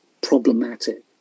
problematic